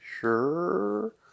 sure